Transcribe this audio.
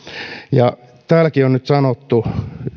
täälläkin on nyt sanottu